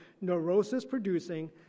neurosis-producing